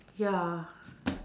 ya